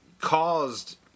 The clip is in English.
caused